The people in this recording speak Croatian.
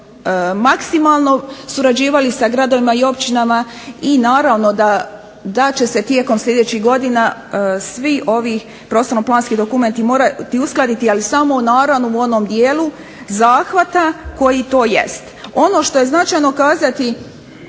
tu smo maksimalno surađivali sa gradovima i općinama i naravno da će se tijekom sljedećih godina svi ovi prostorno-planski dokumenti morati uskladiti, ali samo u naravnom onom dijelu zahvata koji to jest. Ono što je značajno kazati,